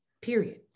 period